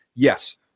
Yes